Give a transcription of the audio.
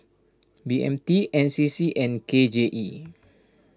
B M T N C C and K J E